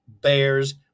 Bears